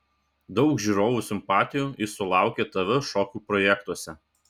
daug žiūrovų simpatijų jis sulaukė tv šokių projektuose